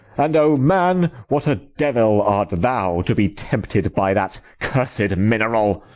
and o man, what a devil art thou to be tempted by that cursed mineral!